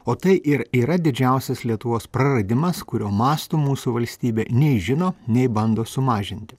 o tai ir yra didžiausias lietuvos praradimas kurio masto mūsų valstybė nei žino nei bando sumažinti